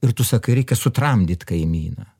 ir tu sakai reikia sutramdyt kaimyną